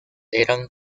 eran